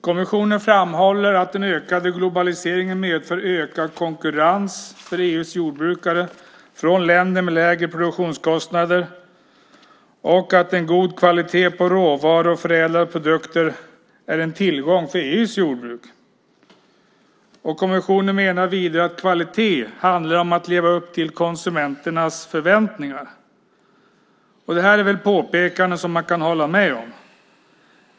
Kommissionen framhåller att den ökade globaliseringen medför ökad konkurrens för EU:s jordbrukare från länder med lägre produktionskostnader och att en god kvalitet på råvaror och förädlade produkter är en tillgång för EU:s jordbruk. Kommissionen menar vidare att kvalitet handlar om att leva upp till konsumenternas förväntningar. Det är väl påpekanden man kan hålla med om.